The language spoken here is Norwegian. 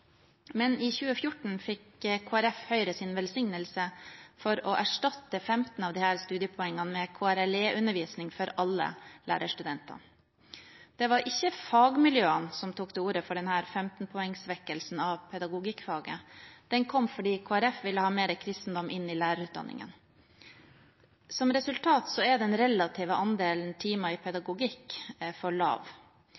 men i 2014 fikk Kristelig Folkeparti Høyres velsignelse til å erstatte 15 av disse studiepoengene med KRLE-undervisning for alle lærerstudenter. Det var ikke fagmiljøene som tok til orde for denne 15-poengssvekkelsen av pedagogikkfaget; den kom fordi Kristelig Folkeparti ville ha mer kristendom inn i lærerutdanningen. Som resultat er den relative andelen timer i